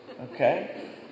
Okay